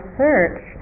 search